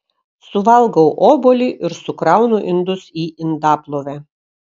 suvalgau obuolį ir sukraunu indus į indaplovę